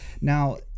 now